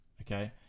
okay